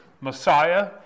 Messiah